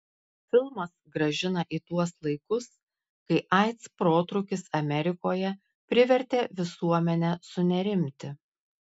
filmas grąžina į tuos laikus kai aids protrūkis amerikoje privertė visuomenę sunerimti